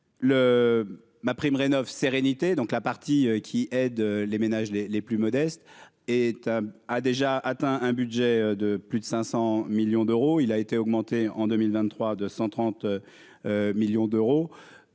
MaPrimeRénov'sérénité, donc la partie qui aide les ménages, les les plus modestes et tu as a déjà atteint un budget de. Plus de 500 millions d'euros, il a été augmenté en 2023 de 130 millions d'euros